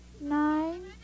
nine